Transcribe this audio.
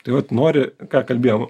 tai vat nori ką kalbėjom